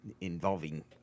involving